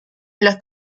las